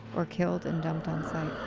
or killed and dumped on site.